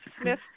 Smith